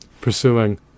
pursuing